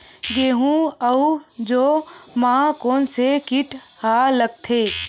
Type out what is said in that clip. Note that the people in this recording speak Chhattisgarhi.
गेहूं अउ जौ मा कोन से कीट हा लगथे?